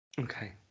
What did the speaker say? Okay